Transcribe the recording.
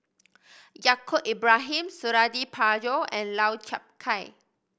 Yaacob Ibrahim Suradi Parjo and Lau Chiap Khai